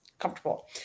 comfortable